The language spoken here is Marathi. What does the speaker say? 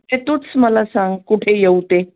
ते तूच मला सांग कुठे येऊ ते